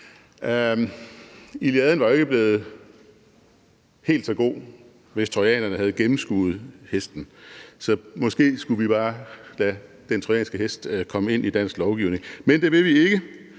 Iliaden var jo ikke blevet helt så god, hvis trojanerne havde gennemskuet hesten, så måske skulle vi bare lade den trojanske hest komme ind i dansk lovgivning. Men det vil vi ikke,